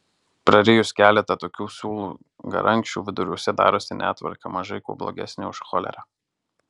prarijus keletą tokių siūlų garankščių viduriuose darosi netvarka mažai kuo blogesnė už cholerą